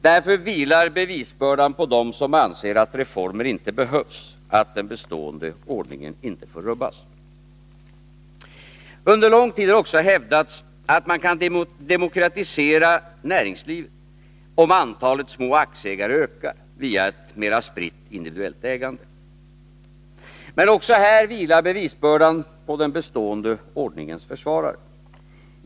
Därför vilar bevisbördan på dem som anser att reformer inte behövs, att den bestående ordningen inte får rubbas. Under lång tid har också hävdats att man kan demokratisera näringslivet, om antalet små aktieägare ökar via ett mera spritt, individuellt ägande. Också här vilar bevisbördan på den bestående ordningens försvarare.